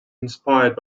inspired